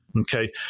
Okay